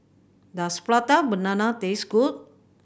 does Prata Banana taste good